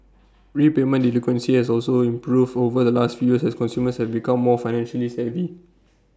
repayment delinquency has also improved over the last few years as consumers become more financially savvy